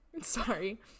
Sorry